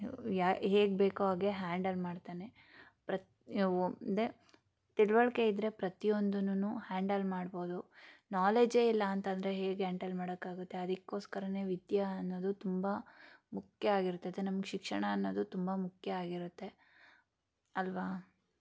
ಯಾ ಹೇಗೆ ಬೇಕೋ ಹಾಗೆ ಹ್ಯಾಂಡಲ್ ಮಾಡ್ತಾನೆ ಪ್ರತಿ ಓ ಇದೆ ತಿಳಿವಳ್ಕೆ ಇದ್ದರೆ ಪ್ರತಿಯೊಂದೂನು ಹ್ಯಾಂಡಲ್ ಮಾಡ್ಬೋದು ನಾಲೇಜೇ ಇಲ್ಲ ಅಂತಂದರೆ ಹೇಗೆ ಹ್ಯಾಂಡಲ್ ಮಾಡೋಕ್ಕಾಗತ್ತೆ ಅದಕ್ಕೋಸ್ಕರನೇ ವಿದ್ಯಾ ಅನ್ನೋದು ತುಂಬ ಮುಖ್ಯ ಆಗಿರ್ತದೆ ನಮ್ಗೆ ಶಿಕ್ಷಣ ಅನ್ನೋದು ತುಂಬ ಮುಖ್ಯ ಆಗಿರುತ್ತೆ ಅಲ್ಲವಾ